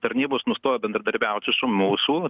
tarnybos nustojo bendradarbiauti su mūsų